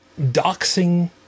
doxing